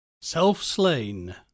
self-slain